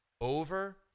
over